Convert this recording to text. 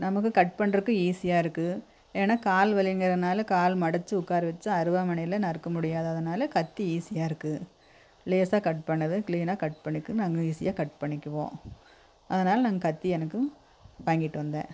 நமக்கு கட் பண்றதுக்கு ஈஸியாக இருக்கு ஏன்னா கால் வலிங்கிறதுனால கால் மடிச்சி உட்கார வச்சு அருவாமனையில் நறுக்க முடியாததுனால கத்தி ஈசியாக இருக்கு லேசாக கட் பண்ணது க்ளீனாக கட் பண்ணிக்கும் ஈசியாக கட் பண்ணிக்குவோம் அதனால நாங்கள் கத்தி எனக்கு வாங்கிட்டு வந்தேன்